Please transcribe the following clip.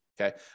Okay